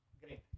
great